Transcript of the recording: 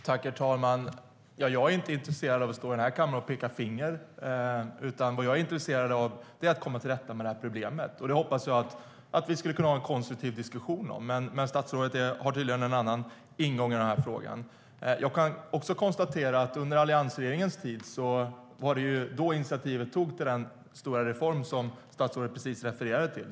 Herr talman! Jag är inte intresserad av att stå i kammaren och peka finger, utan vad jag är intresserad av är att komma till rätta med problemet, och det hoppas jag att vi kan ha en konstruktiv diskussion om. Men statsrådet har tydligen en annan ingång i den här frågan. Under alliansregeringens tid togs initiativet till den stora reform som statsrådet precis refererade till.